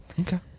Okay